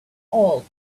all